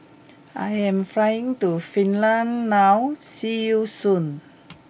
I am flying to Finland now see you soon